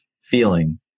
feeling